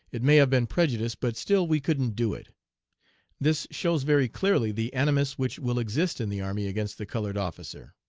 it may have been prejudice but still we couldn't do it this shows very clearly the animus which will exist in the army against the colored officer.